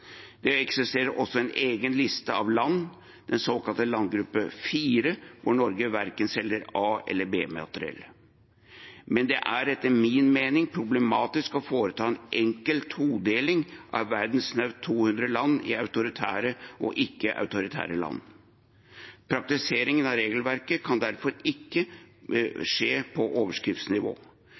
Det eksisterer også en egen liste av land, den såkalte landgruppe 4, hvor Norge ikke selger verken A- eller B-materiell. Men det er etter min mening problematisk å foreta en enkel todeling av verdens snaut 200 land i autoritære og ikke-autoritære land. Praktiseringen av regelverket kan derfor ikke skje på overskriftsnivå.